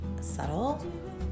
subtle